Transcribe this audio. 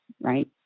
right